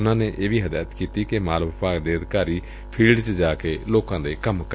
ਉਨੂਾ ਨੇ ਇਹ ਵੀ ਹਦਾਇਤ ਕੀਤੀ ਕਿ ਮਾਲ ਵਿਭਾਗ ਦੇ ਅਧਿਕਾਰੀ ਫੀਲਡ ਚ ਜਾ ਕੇ ਲੋਕਾਂ ਦੇ ਕੰਮ ਕਰਨ